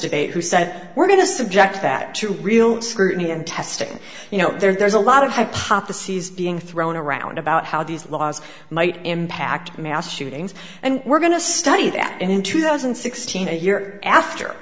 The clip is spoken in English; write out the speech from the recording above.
debate who said we're going to subject that to real scrutiny and testing you know there's a lot of hypotheses being thrown around about how these laws might impact mass shootings and we're going to study that in two thousand and sixteen a year after